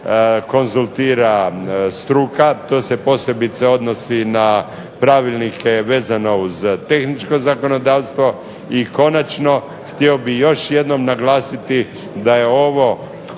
konzultira struka. To se posebice odnosi na pravilnike vezano uz tehničko zakonodavstvo. I konačno, htio bih još jednom naglasiti da je ovo